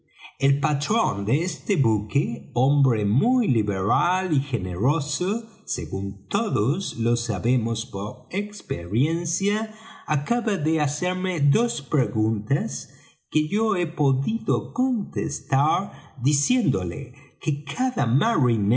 el patrón de este buque hombre muy liberal y generoso según todos lo sabemos por experiencia acaba de hacerme dos preguntas que yo he podido contestar diciéndole que cada